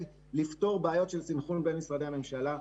לפתור בעיות של סנכרון בין משרדי הממשלה.